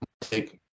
take